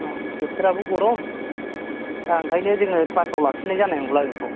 बोथोराबो गरम दा ओंखायनो जोङो क्लासआव लाखिनाय जानाय नंला बेखौ